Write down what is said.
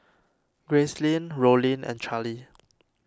Gracelyn Rollin and Charlee